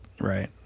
right